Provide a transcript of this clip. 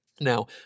Now